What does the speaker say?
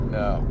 no